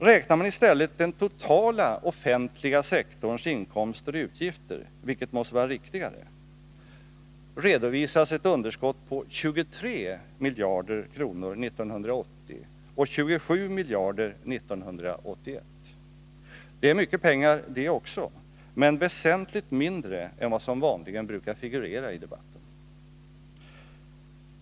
Räknar man i stället den totala offentliga sektorns inkomster och utgifter — vilket måste vara riktigare — redovisas ett underskott på 23 miljarder kronor 1980 och 27 miljarder kronor 1981. Det är mycket pengar det också, men väsentligt mindre än vad som vanligen brukar figurera i debatten.